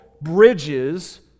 bridges